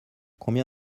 combien